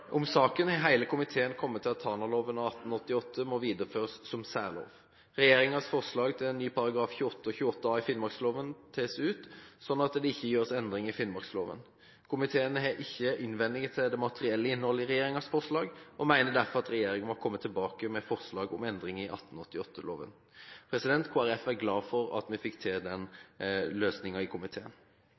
om saken er hele komiteen kommet til at Tanaloven av 1888 må videreføres som særlov. Regjeringens forslag til ny paragraf 28 og 28 a i finnmarksloven tas ut, slik at det ikke gjøres endringer i finnmarksloven. Komiteen har ikke innvendinger mot det materielle innholdet i regjeringens forslag og mener derfor at regjeringen må komme tilbake med forslag om endringer i 1888-loven. Kristelig Folkeparti er glad for at vi fikk til denne løsningen i komiteen.